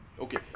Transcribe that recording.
Okay